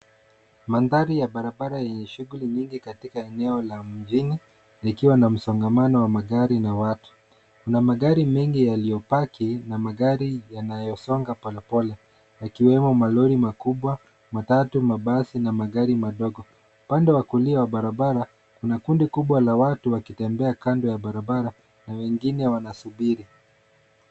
Mandhari ya barabara yenye shughuli nyingi katika eneo la mjini. Likiwa na msongomano wa magari na watu, kuna magari mengi yalio paki na magari yanayo songa polepole, yakiwemo malori makubwa, matatu, mabasi na magari madogo. Upande wa kulia wa barabara kuna kundi kubwa la watu wakitembea kando ya barabara na wengine wanasubiri.